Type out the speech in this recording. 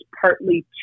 partly